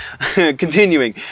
Continuing